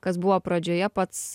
kas buvo pradžioje pats